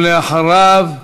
ואחריו,